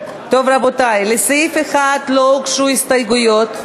טוב, רבותי, לסעיף 1 לא הוגשו הסתייגויות,